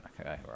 Okay